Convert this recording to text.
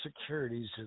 securities